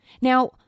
Now